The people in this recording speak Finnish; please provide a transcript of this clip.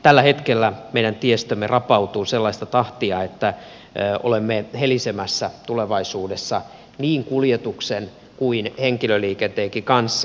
tällä hetkellä meidän tiestömme rapautuu sellaista tahtia että olemme helisemässä tulevaisuudessa niin kuljetuksen kuin henkilöliikenteenkin kanssa